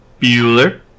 Bueller